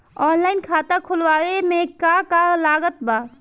Online खाता खुलवावे मे का का लागत बा?